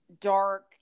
dark